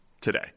today